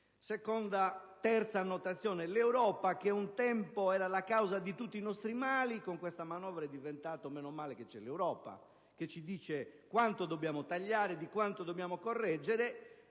l'Europa, che un tempo era la causa di tutti i nostri mali, con questa manovra è diventata salvifica: meno male che c'è l'Europa che ci dice quanto dobbiamo tagliare e di quanto dobbiamo correggere.